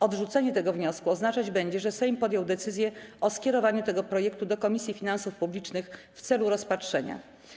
Odrzucenie tego wniosku oznaczać będzie, że Sejm podjął decyzję o skierowaniu tego projektu do Komisji Finansów Publicznych w celu rozpatrzenia.